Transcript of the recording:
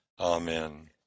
Amen